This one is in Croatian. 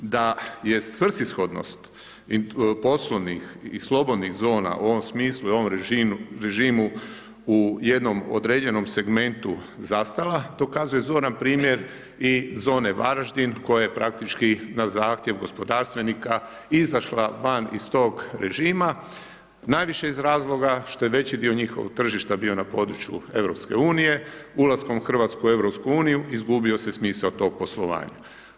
Da je svrsishodnost poslovnih i slobodnih zona u ovom smislu i ovom režimu u jednom određenom segmentu zastala, to kazuje zoran primjer i Zone Varaždin koja je praktički na zahtjev gospodarstvenika izašla van iz tog režima, najviše iz razloga što je veći dio njihovog tržišta bio na području Europske unije, ulaskom Hrvatske u Europsku uniju izgubio se smisao tog poslovanja.